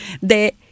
de